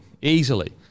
Easily